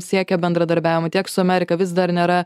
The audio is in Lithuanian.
siekia bendradarbiavimo tiek su amerika vis dar nėra